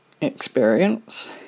experience